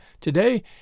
Today